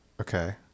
Okay